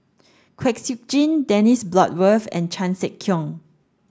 Kwek Siew Jin Dennis Bloodworth and Chan Sek Keong